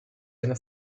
eine